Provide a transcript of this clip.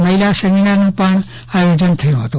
મહીલા સેમિનારનું પણ આયોજન થયું હતું